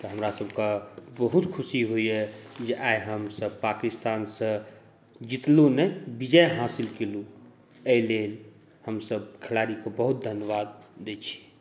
तऽ हमरा सभके बहुत खुशी होइए जे आइ हमसभ पाकिस्तानसँ जितलहुँ नहि विजय हासिल केलहुँ एहि लेल हमसभ खिलाड़ीके बहुत धन्यवाद दै छी